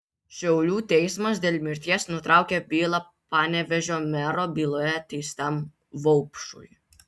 šiaulių teismas dėl mirties nutraukė bylą panevėžio mero byloje teistam vaupšui